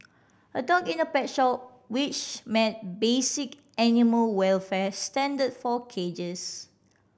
a dog in a pet shop which met basic animal welfare standard for cages